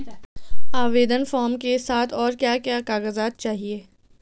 आवेदन फार्म के साथ और क्या क्या कागज़ात चाहिए?